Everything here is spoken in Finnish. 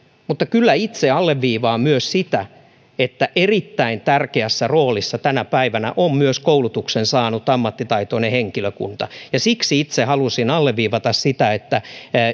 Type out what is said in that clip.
mutta kyllä itse alleviivaan sitä että erittäin tärkeässä roolissa tänä päivänä on myös koulutuksen saanut ammattitaitoinen henkilökunta ja siksi itse halusin alleviivata sitä että